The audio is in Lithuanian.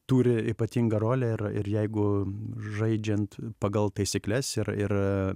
turi ypatingą rolę ir ir jeigu žaidžiant pagal taisykles ir ir